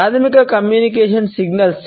ప్రాథమిక communication signals